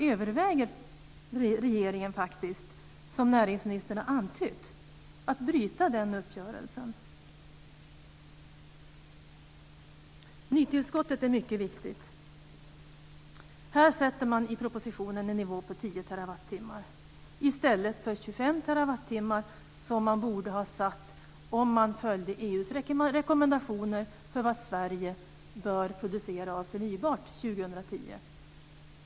Överväger regeringen, som näringsministern har antytt, att bryta den uppgörelsen? Nytillskottet är mycket viktigt. Här sätter man i propositionen en nivå på 10 terawattimmar i stället för 25 terawattimmar, som man borde ha satt om man följde EU:s rekommendationer för vad Sverige bör producera av förnybar energi år 2010.